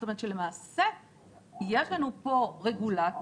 זאת אומרת, שלמעשה יש לנו פה רגולטור,